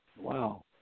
Wow